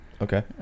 okay